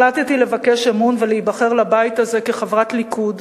החלטתי לבקש אמון ולהיבחר לבית הזה כחברת הליכוד